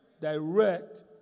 direct